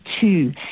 two